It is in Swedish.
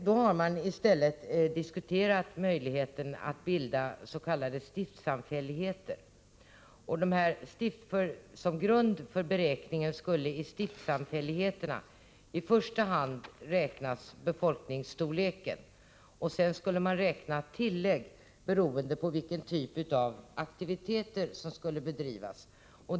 I stället har man diskuterat möjligheten att bilda s.k. stiftssamfälligheter. Grunden för beräkningen skulle i första hand utgöras av befolkningsstorleken i stiftssamfälligheterna, och sedan skulle man räkna ut tilläggspoäng beroende på vilken typ av aktiviteter som skulle bedrivas.